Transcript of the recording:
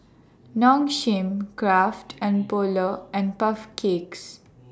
Nong Shim Kraft and Polar and Puff Cakes